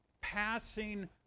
passing